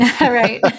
Right